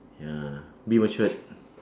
ya be matured